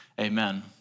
Amen